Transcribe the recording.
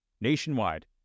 nationwide